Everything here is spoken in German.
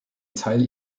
teil